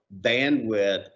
bandwidth